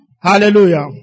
Hallelujah